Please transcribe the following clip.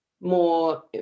more